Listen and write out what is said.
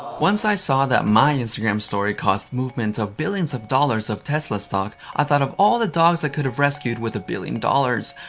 once i saw that my instagram story caused movement of billions of dollars of tesla stock, i thought of all the dogs that could have rescued with a billion dollars.